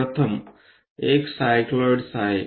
प्रथम एक सायक्लॉईड्स आहे